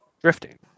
drifting